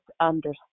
understand